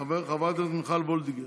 חברת הכנסת מיכל וולדיגר.